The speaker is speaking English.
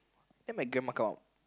then my grandma come